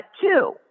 Two